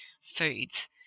foods